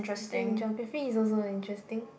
I think geography is also interesting